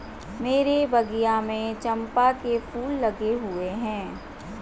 मेरे बगिया में चंपा के फूल लगे हुए हैं